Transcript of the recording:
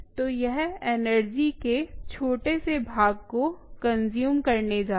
तो यह एनर्जी के छोटे से भाग को कंज़्यूम करने जा रहा है